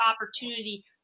opportunity